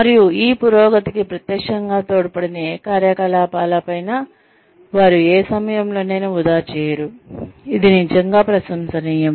మరియు ఈ పురోగతికి ప్రత్యక్షంగా తోడ్పడని ఏ కార్యకలాపాలపైనా వారు ఏ సమయంలోనైనా వృథా చేయరు ఇది నిజంగా ప్రశంసనీయం